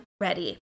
ready